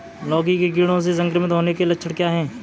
लौकी के कीड़ों से संक्रमित होने के लक्षण क्या हैं?